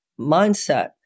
mindset